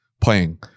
playing